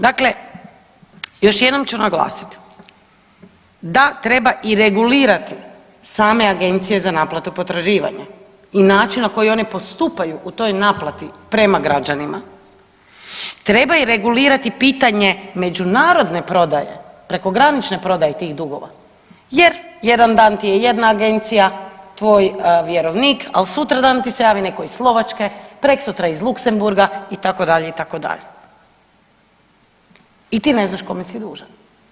Dakle, još jednom ću naglasit da treba i regulirati same agencije za naplatu potraživanja i način na koji one postupaju u toj naplati prema građanima, treba i regulirati pitanje međunarodne prodaje, prekogranične prodaje tih dugova jer jedan dan ti je jedna agencija tvoj vjerovnik, al sutradan ti se javi netko iz Slovačke, prekosutra iz Luxembourga itd., itd. i ti ne znaš kome si dužan.